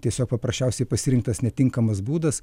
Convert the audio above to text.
tiesiog paprasčiausiai pasirinktas netinkamas būdas